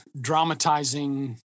dramatizing